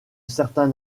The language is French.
certains